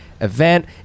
event